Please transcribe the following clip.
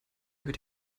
über